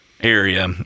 area